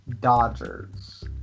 Dodgers